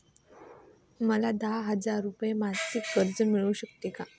मला दहा हजार रुपये मासिक कर्ज मिळू शकेल का?